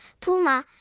Puma